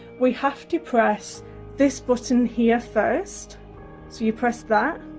we have to press this button here first so you press that